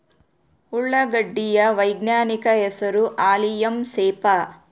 ಉಳ್ಳಾಗಡ್ಡಿ ಯ ವೈಜ್ಞಾನಿಕ ಹೆಸರು ಅಲಿಯಂ ಸೆಪಾ